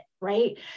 right